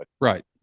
Right